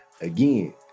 again